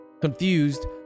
Confused